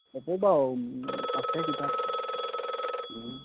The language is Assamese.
হ'ব বাৰু আছে কিতাপ